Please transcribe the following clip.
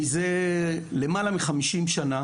מזה למעלה מ-50 שנה,